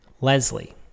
Leslie